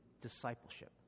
discipleship